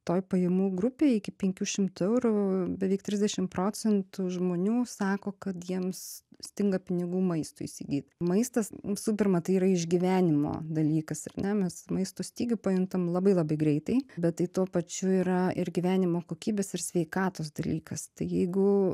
toj pajamų grupėj iki penkių šimtų eurų beveik trisdešim procentų žmonių sako kad jiems stinga pinigų maistui įsigyt maistas visų pirma tai yra išgyvenimo dalykas ar ne mes maisto stygių pajuntam labai labai greitai bet tai tuo pačiu yra ir gyvenimo kokybės ir sveikatos dalykas jeigu